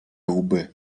łby